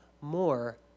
more